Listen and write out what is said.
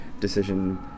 decision